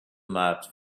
maps